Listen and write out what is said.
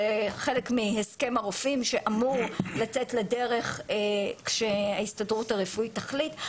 זה חלק מהסכם הרופאים שאמור לצאת לדרך כשההסתדרות הרפואית תחליט.